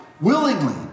willingly